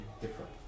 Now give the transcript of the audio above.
different